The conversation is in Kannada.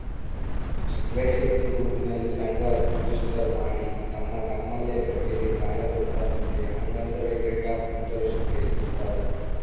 ಸ್ತ್ರೇ ಶಕ್ತಿ ಗುಂಪಿನಲ್ಲಿ ಸಂಘ ರಿಜಿಸ್ಟರ್ ಮಾಡಿ ತಮ್ಮ ತಮ್ಮಲ್ಲೇ ಬಡ್ಡಿಗೆ ಸಾಲ ಕೊಡ್ತಾರಂತೆ, ಹಂಗಾದರೆ ರೇಟ್ ಆಫ್ ಇಂಟರೆಸ್ಟ್ ಎಷ್ಟಿರ್ತದ?